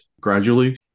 gradually